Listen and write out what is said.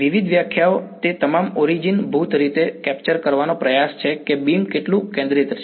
વિવિધ વ્યાખ્યાઓ તે તમામ ઓરીજીન ભૂત રીતે કેપ્ચર કરવાનો પ્રયાસ છે કે બીમ કેટલું કેન્દ્રિત છે